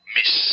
Miss